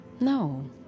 No